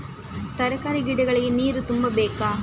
ತರಕಾರಿ ಗಿಡಗಳಿಗೆ ನೀರು ತುಂಬಬೇಕಾ?